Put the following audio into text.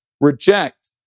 reject